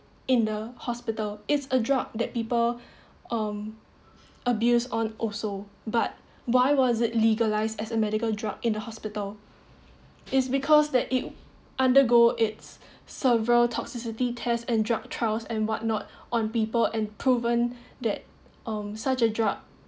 in the hospital it's a drug that people um abuse on also but why was it legalized as a medical drug in the hospital is because that it undergo it's several toxicity test and drug trials and what not on people and proven that um such a drug